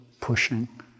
pushing